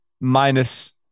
Minus